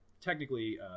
technically